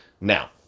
Now